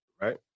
right